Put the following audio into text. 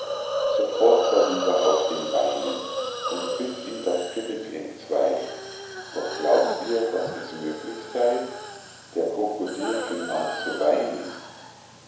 sofort war dieser auf den beinen und biß ihm das genick entzwei doch glaubt ihr daß es möglich sey der krokodil fing an zu weinen